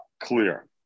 clear